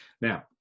Now